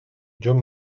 john